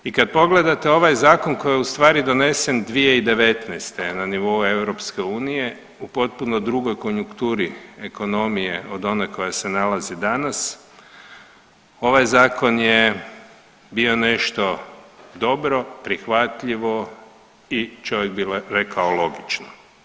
I kad pogledate ovaj zakon koji je ustvari donesen 2019. na nivou EU u potpuno drugoj konjukturi ekonomije od one koja se nalazi danas, ovaj zakon je bio nešto dobro, prihvatljivo i čovjek bi rekao logično.